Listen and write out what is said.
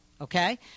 okay